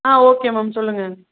ஆ okay ma'am சொல்லுங்கள்